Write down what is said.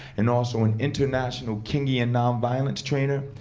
and also an international kingian nonviolence trainer,